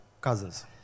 cousins